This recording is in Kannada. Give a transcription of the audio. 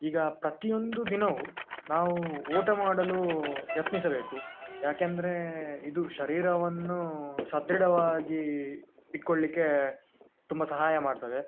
ಈಗ ಪ್ರತಿಯೊಂದು ದಿನವು ನಾವು ಊಟ ಮಾಡಲು ಯತ್ನಿಸಬೇಕು ಯಾಕೆಂದ್ರೆ ಇದು ಶರೀರವನ್ನು ಸದೃಢವಾಗಿ ಇಟ್ಕೊಳ್ಳಲಿಕ್ಕೆ ತುಂಬ ಸಹಾಯ ಮಾಡ್ತದೆ